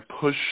push